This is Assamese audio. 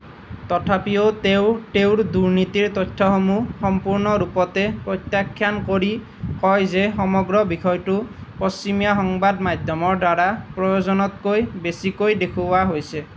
তথাপিও তেওঁ তেওঁৰ দুৰ্নীতিৰ তথ্যসমূহ সম্পূৰ্ণৰূপতে প্ৰত্যাখ্যান কৰি কয় যে সমগ্ৰ বিষয়টো পশ্চিমীয়া সংবাদ মাধ্যমৰ দ্বাৰা প্ৰয়োজনতকৈ বেছিকৈ দেখুওৱা হৈছে